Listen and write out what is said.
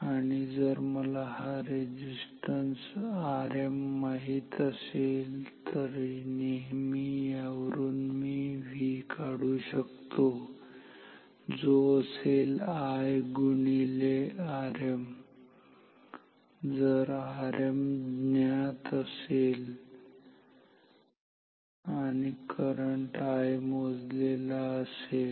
आणि जर मला हा रेझिस्टन्स Rm माहित असेल तर नेहमी याच्यावरून मी V काढू शकतो जो असेल I गुणीला Rm जर Rm ज्ञात असेल आणि करंट I मोजलेला असेल